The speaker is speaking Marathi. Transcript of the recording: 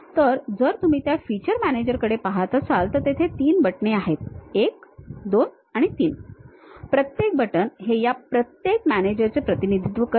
तर जर तुम्ही त्या feature manager कडे पहात असाल तर तेथे 3 बटणे आहेत 1 2 आणि 3 प्रत्येक बटण हे या प्रत्येक manager चे प्रतिनिधित्व करते